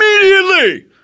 Immediately